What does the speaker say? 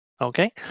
Okay